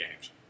games